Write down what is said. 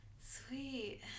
sweet